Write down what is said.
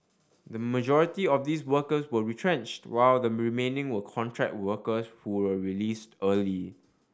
the majority of these workers were retrenched while the remaining were contract workers who were released early